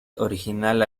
original